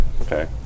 Okay